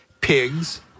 pigs